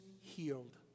healed